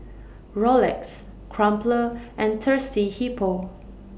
Rolex Crumpler and Thirsty Hippo